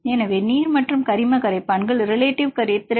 எனவே நீர் மற்றும் கரிம கரைப்பான்கள் ரிலேடிவ் கரைதிறன்